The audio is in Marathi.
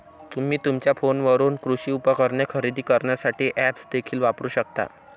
तुम्ही तुमच्या फोनवरून कृषी उपकरणे खरेदी करण्यासाठी ऐप्स देखील वापरू शकता